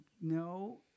no